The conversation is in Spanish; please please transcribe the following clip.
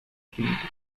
pinto